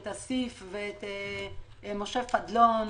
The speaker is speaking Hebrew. את אסיף ואת משה פדלון,